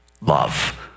love